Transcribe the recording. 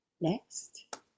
next